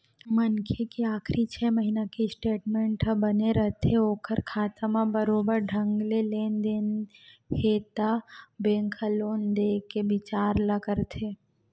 मनखे के आखरी छै महिना के स्टेटमेंट ह बने रथे ओखर खाता म बरोबर ढंग ले लेन देन हे त बेंक ह लोन देय के बिचार ल करथे